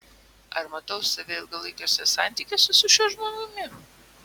ar matau save ilgalaikiuose santykiuose su šiuo žmogumi